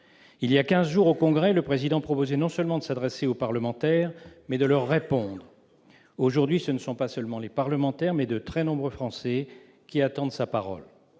Il y a quinze jours, devant le Congrès, le Président proposait non seulement de pouvoir s'adresser aux parlementaires, mais aussi de pouvoir leur répondre. Aujourd'hui, ce ne sont pas uniquement les parlementaires, mais de très nombreux Français qui attendent sa parole.